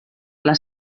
les